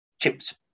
chips